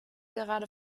gerade